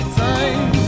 time